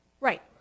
Right